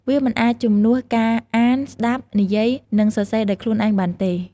វាមិនអាចជំនួសការអាន ស្ដាប់ និយាយ និងសរសេរដោយខ្លួនឯងបានទេ។